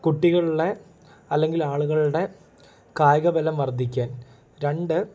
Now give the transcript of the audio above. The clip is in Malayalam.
കുട്ടികളുടെ അല്ലെങ്കിൽ ആളുകളുടെ കായിക ബലം വർദ്ധിക്കാൻ രണ്ട്